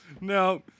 No